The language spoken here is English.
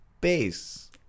base